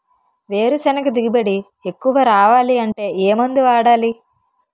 వేరుసెనగ దిగుబడి ఎక్కువ రావాలి అంటే ఏ మందు వాడాలి?